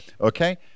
Okay